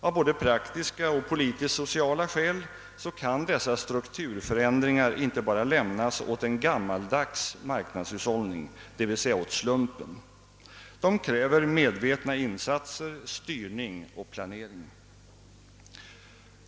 Av både praktiska och politisk-sociala skäl kan dessa strukturförändringar inte bara lämnas åt en gammaldags marknadshushållning, d. v. s. åt slumpen. De kräver medvetna insatser, styrning och planering.